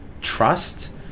trust